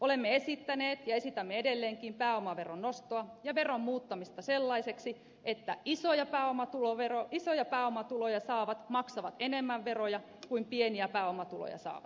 olemme esittäneet ja esitämme edelleenkin pääomaveron nostoa ja veron muuttamista sellaiseksi että isoja pääomatuloja saavat maksavat enemmän veroja kuin pieniä pääomatuloja saavat